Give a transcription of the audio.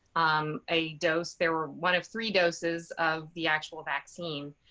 um, a dose. there were one of three doses of the actual vaccine.